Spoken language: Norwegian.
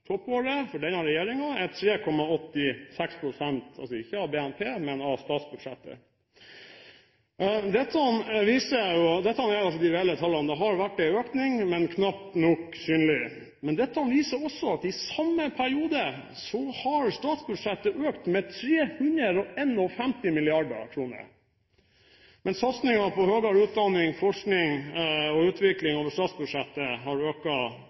for denne regjeringen var 2007, med 3,86 pst. – ikke av BNP, men av statsbudsjettet. Dette er de reelle tallene. Det har vært en økning, men den er knapt nok synlig. Dette viser også at statsbudsjettet i samme periode har økt med 351 mrd. kr, mens satsingen på høyere utdanning, forskning og utvikling over statsbudsjettet har